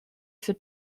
für